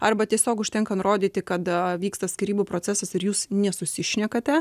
arba tiesiog užtenka nurodyti kada vyksta skyrybų procesas ir jūs nesusišnekate